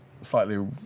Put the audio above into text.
slightly